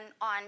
on